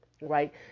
right